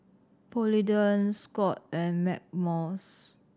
Polident Scott and Blackmores